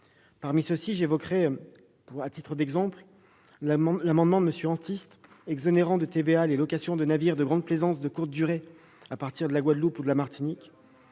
Parmi ceux-ci, j'évoquerai l'amendement de M. Antiste exonérant de TVA les locations de navires de grande plaisance de courte durée à partir de la Guadeloupe ou de la Martinique